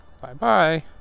bye-bye